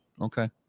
okay